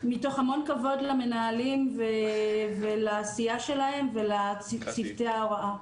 מתוך המון כבוד למנהלים ולעשייה שלהם ולצוותי ההוראה,